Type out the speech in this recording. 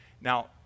Now